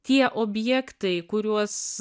tie objektai kuriuos